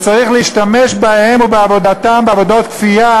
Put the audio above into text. וצריך להשתמש בהם ובעבודתם בעבודות כפייה